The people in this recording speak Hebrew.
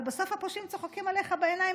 אבל בסוף הפושעים צוחקים עליך בעיניים,